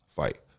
fight